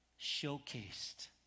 showcased